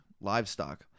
livestock